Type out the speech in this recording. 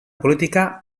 política